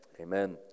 Amen